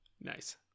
Nice